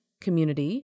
community